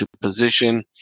position